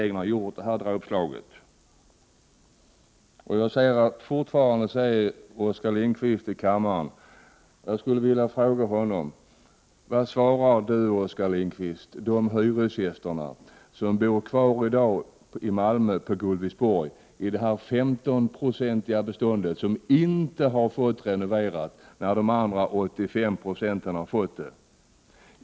genom regeringens dråpslag. medan 85 96 har renoverats.